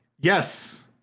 Yes